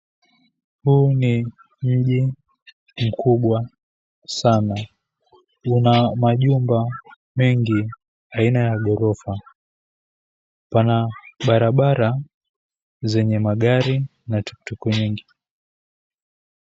Huu ni mji mkubwa sana. Una majumba mengi aina ya ghorofa. Pana barabara zenye magari na [tuktuk] nyingi.